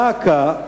דא עקא,